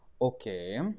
Okay